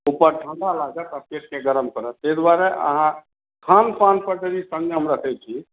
ऊपर ठंडा लागत आ पेटके गरम करत तैं दुआरे अहाँ खान पान पर जरुर संयम रखै छी